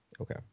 Okay